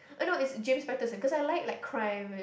uh no it's James-Patterson cause I like like crime